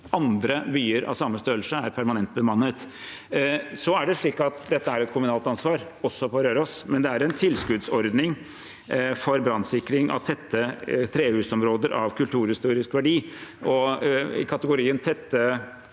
andre byer av samme størrelse er permanent bemannet. Dette er et kommunalt ansvar, også på Røros, men det er en tilskuddsordning for brannsikring av tette trehusområder av kulturhistorisk verdi.